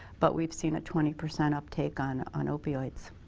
but we've seen a twenty percent uptake on on opioids.